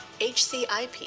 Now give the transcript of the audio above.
HCIP